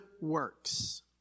works